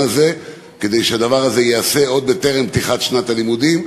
הזה כדי שהדבר הזה ייעשה עוד טרם פתיחת שנת הלימודים,